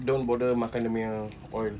then don't bother makan dia punya oil